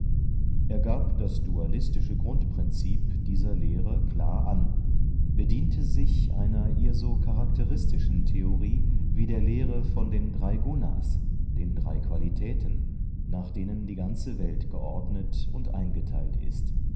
er gab das dualistische grundprinzip dieser lehre klar an bediente sich einer ihr so charakteristischen theorie wie der lehre von den drei gunas den drei qualitäten nach denen die ganze welt geordnet und eingeteilt ist